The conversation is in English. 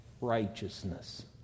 righteousness